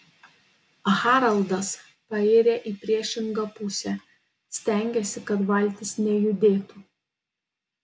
haraldas pairia į priešingą pusę stengiasi kad valtis nejudėtų